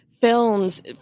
films